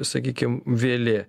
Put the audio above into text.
sakykime vėlė